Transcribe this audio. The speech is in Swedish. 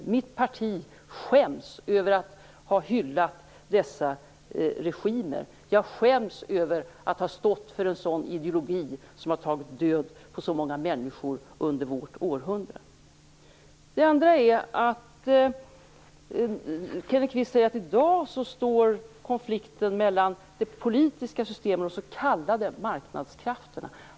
Mitt parti skäms över att ha hyllat dessa regimer. Jag skäms över att ha stått för en ideologi som tagit död på så många människor under vårt århundrade. Kenneth Kvist sade att konflikten i dag står mellan det politiska systemet och de "s.k." marknadskrafterna.